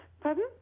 Pardon